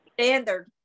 standard